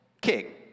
king